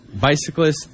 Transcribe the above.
bicyclists